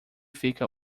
fica